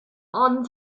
ond